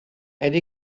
elle